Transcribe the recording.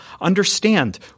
Understand